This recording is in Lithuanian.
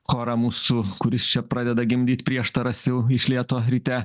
chorą mūsų kuris čia pradeda gimdyt prieštaras jau iš lėto ryte